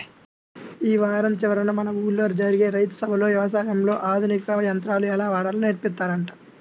యీ వారం చివరన మన ఊల్లో జరిగే రైతు సభలో యవసాయంలో ఆధునిక యంత్రాలు ఎలా వాడాలో నేర్పిత్తారంట